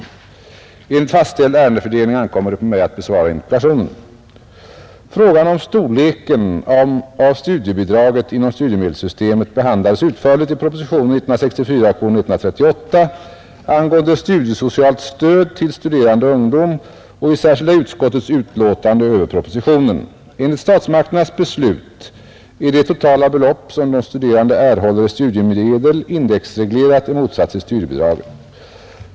Enligt fastställd ärendefördelning ankommer det på mig att besvara interpellationen. Frågan om storleken av studiebidraget inom studiemedelssystemet behandlades utförligt i propositionen 138 år 1964 angående studiesocialt stöd till studerande ungdom och i särskilda utskottets utlåtande över propositionen. Enligt statsmakternas beslut är det totala belopp, som de studerande erhåller i studiemedel, indexreglerat i motsats till studiebidraget.